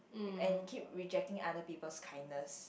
and keep rejecting other people kindness